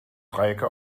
dreiecke